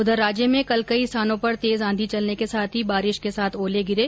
उधर राज्य में कल कई स्थानों पर तेज आंधी चलने के साथ ही बारिश के साथ ओले गिरे